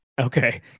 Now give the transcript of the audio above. Okay